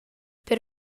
per